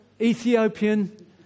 Ethiopian